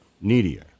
needier